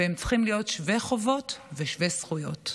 והם צריכים להיות שווי חובות ושווי זכויות.